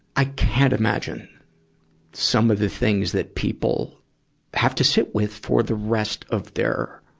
i can't imagine some of the things that people have to sit with for the rest of their